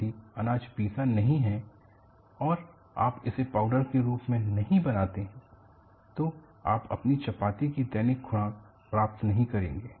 यदि अनाज पिसा नहीं है और आप इसे पाउडर के रूप में नहीं बनाते हैं तो आप अपनी चपाती की दैनिक खुराक प्राप्त नहीं करेंगे